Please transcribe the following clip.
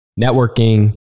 networking